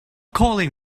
calling